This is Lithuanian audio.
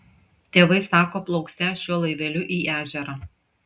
tėvai sako plauksią šiuo laiveliu į ežerą